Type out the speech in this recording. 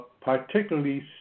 particularly